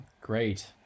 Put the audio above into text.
Great